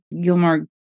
Gilmore